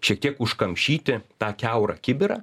šiek tiek užkamšyti tą kiaurą kibirą